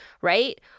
right